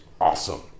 awesome